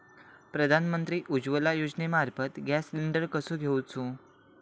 प्रधानमंत्री उज्वला योजनेमार्फत gas cylinder कसो घेऊचो?